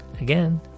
again